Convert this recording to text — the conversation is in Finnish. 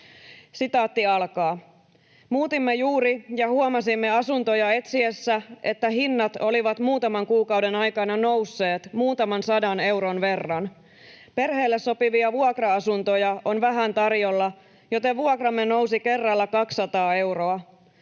eduskuntaan.” ”Muutimme juuri ja huomasimme asuntoja etsiessä, että hinnat olivat muutaman kuukauden aikana nousseet muutaman sadan euron verran. Perheelle sopivia vuokra-asuntoja on vähän tarjolla, joten vuokramme nousi kerralla 200 euroa.